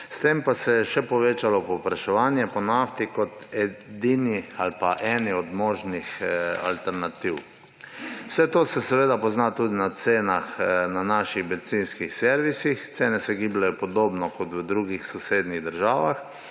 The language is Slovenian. s tem pa se je povečalo povpraševanje po nafti kot edini ali pa eni od možnih alternativ. Vse to se seveda pozna tudi na cenah na naših bencinskih servisih. Cene se gibljejo podobno kot v drugih, sosednjih državah.